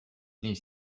les